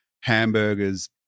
hamburgers